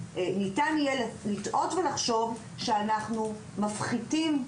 ניתן יהיה לטעות ולחשוב שאנחנו מפחיתים,